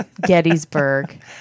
Gettysburg